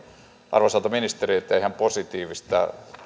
arvoisalta ministeriltä ihan positiivista